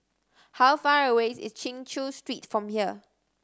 how far away is Chin Chew Street from here